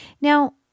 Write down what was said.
Now